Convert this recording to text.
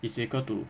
is equal to